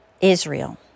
Israel